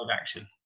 action